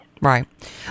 right